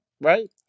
Right